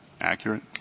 accurate